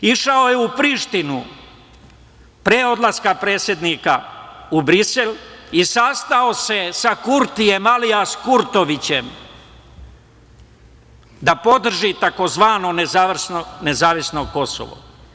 Išao je u Prištinu, pre odlaska predsednika u Brisel, i sastao se sa Kurtijem alijas Kurtovićem, da podrži tzv. nezavisno Kosovo.